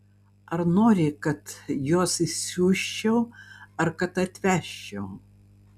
ar nori kad juos išsiųsčiau ar kad atvežčiau